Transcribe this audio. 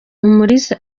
umulisa